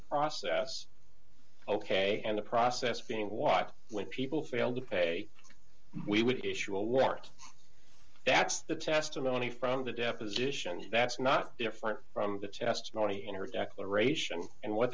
process ok and the process being watched when people failed to pay we would issue a warrant that's the testimony from the deposition that's not different from the testimony in her declaration and what